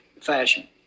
fashion